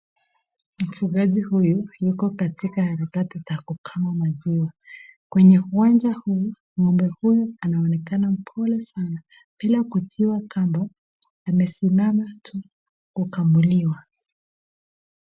Mfugaji huyu yuko katika harakati za kukamua maziwa. Kwenye uwanja huu ng'ombe huyu anaonekana mpole sana bila kutiwa kamba amesimama tu ukamuuliwa.